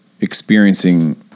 experiencing